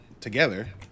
together